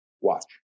Watch